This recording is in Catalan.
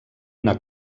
una